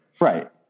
right